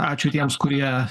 ačiū tiems kurie